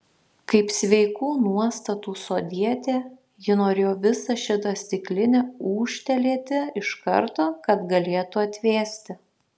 kaip sveikų nuostatų sodietė ji norėjo visą šitą stiklinę ūžtelėti iš karto kad galėtų atvėsti